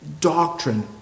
doctrine